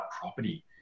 property